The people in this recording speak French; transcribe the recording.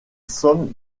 somme